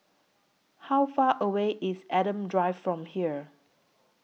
How Far away IS Adam Drive from here